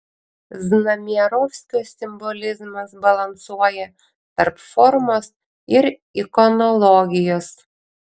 znamierovskio simbolizmas balansuoja tarp formos ir ikonologijos